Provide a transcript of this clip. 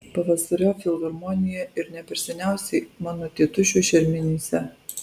pavasariop filharmonijoje ir ne per seniausiai mano tėtušio šermenyse